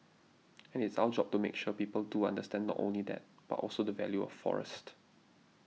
and it's our job to make sure people do understand not only that but also the value of forest